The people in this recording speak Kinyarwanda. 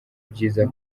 byiza